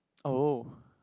oh